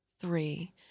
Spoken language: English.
Three